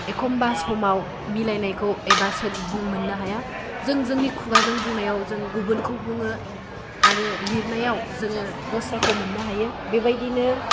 एखम्बा समाव मिलायनायखौ एबा बुं मोननो हाया जों जोंनि खुगाजों बुंनायाव जों गुबुनखौ बुङो आरो लिरनायाव जोङो दस्राखौ मोननो हायो बेबायदिनो